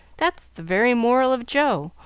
that's the very moral of joe,